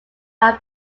are